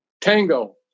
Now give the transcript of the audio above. Tango